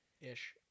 ish